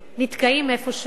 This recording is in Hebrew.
נתקעים איפשהו,